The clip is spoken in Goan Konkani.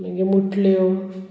मागीर मुटल्यो